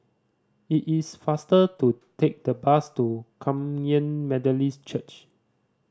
it is faster to take the bus to Kum Yan Methodist Church